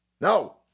No